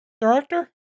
director